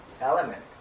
element